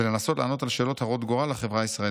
ולנסות לענות על שאלות הרות גורל לחברה הישראלית.